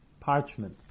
parchment